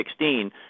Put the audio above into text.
2016